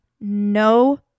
no